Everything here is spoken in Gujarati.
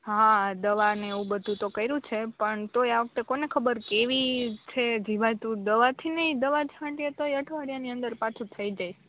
હા દવાને એવું બધુ તો કયરું છે પણ તોય આ વખતે કોને ખબર કેવી છે જીવાતું દવાથી નહીં દવા છાંટીએ તોએ અઠવાળીયાની અંદર પાછું થઈ જાય